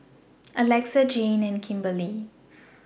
Alexa Jayne and Kimberely